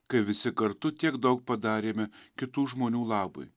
kai visi kartu tiek daug padarėme kitų žmonių labui